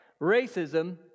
Racism